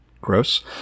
Gross